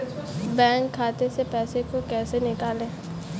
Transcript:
Bank खाते से पैसे को कैसे निकालें?